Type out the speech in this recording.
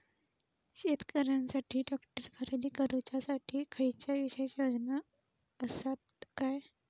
शेतकऱ्यांकसाठी ट्रॅक्टर खरेदी करुच्या साठी खयच्या विशेष योजना असात काय?